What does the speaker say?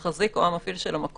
המחזיק או המפעיל של המקום,